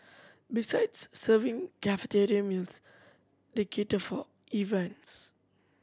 besides serving cafeteria meals they cater for events